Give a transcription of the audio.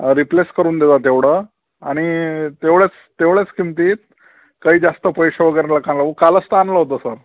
replace करून देजा तेवढं आणि तेवढंच तेवढ्याच किमतीत काही जास्त पैसे वगैरे नका लावू कालच तर आणलं होतं सर